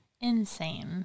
Insane